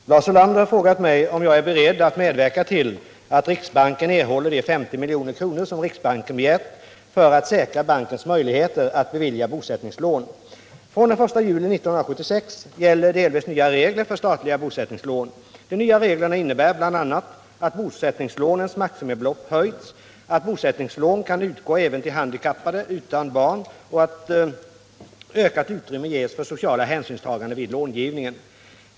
Herr talman! Lars Ulander har frågat mig om jag är beredd att medverka till att riksbanken erhåller de 50 milj.kr. som riksbanken begärt för att säkra bankens möjigheter att bevilja bosättningslån. Från den 1 juli 1976 gäller delvis nya regler för statliga bosättningslån. De nya reglerna innebär bl.a. att bosättningslånens maximibelopp höjts, att bosättningslån kan utgå även till handikappade utan barn och att ökat utrymme ges för sociala hänsynstaganden vid långivningen.